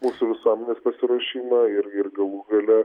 mūsų visuomenės pasiruošimą ir ir galų gale